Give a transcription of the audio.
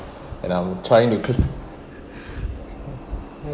and I'm trying to cl~